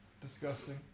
Disgusting